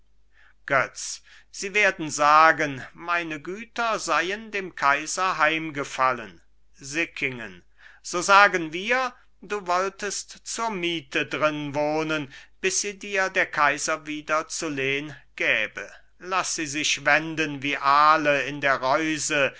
götz sie werden sagen meine güter seien dem kaiser heimgefallen sickingen so sagen wir du wolltest zur miete drin wohnen bis sie dir der kaiser wieder zu lehn gäbe laß sie sich wenden wie aale in der reuse